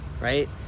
right